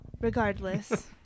Regardless